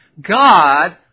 God